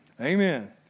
Amen